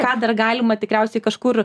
ką dar galima tikriausiai kažkur